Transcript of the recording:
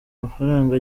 amafranga